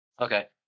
Okay